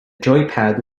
joypad